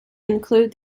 include